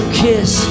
kiss